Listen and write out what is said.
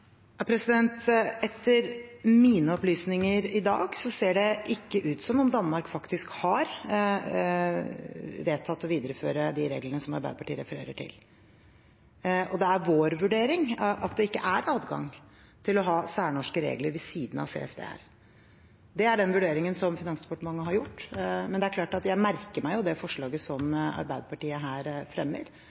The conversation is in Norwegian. Etter mine opplysninger i dag ser det ikke ut som om Danmark faktisk har vedtatt å videreføre de reglene som Arbeiderpartiet refererer til. Det er vår vurdering at det ikke er adgang til å ha særnorske regler ved siden av CSDR. Det er den vurderingen som Finansdepartementet har gjort, men det er klart at jeg merker meg det forslaget som Arbeiderpartiet her fremmer,